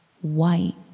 white